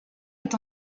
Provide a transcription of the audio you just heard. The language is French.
est